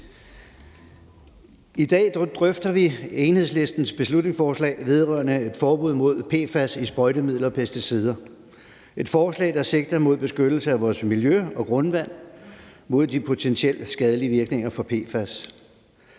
I dag drøfter vi Enhedslistens beslutningsforslag vedrørende et forbud mod PFAS i sprøjtemidler og pesticider – et forslag, der sigter mod beskyttelse af vores miljø og grundvand mod de potentielt skadelige virkninger fra PFAS.